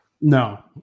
No